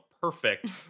perfect